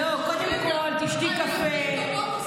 קודם כול תשתי קפה,